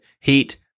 Heat